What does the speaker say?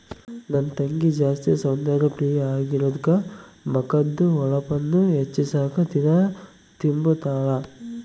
ನನ್ ತಂಗಿ ಜಾಸ್ತಿ ಸೌಂದರ್ಯ ಪ್ರಿಯೆ ಆಗಿರೋದ್ಕ ಮಕದ್ದು ಹೊಳಪುನ್ನ ಹೆಚ್ಚಿಸಾಕ ದಿನಾ ತಿಂಬುತಾಳ